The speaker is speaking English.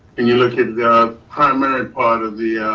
and you look at the primary part of the